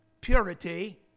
purity